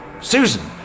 Susan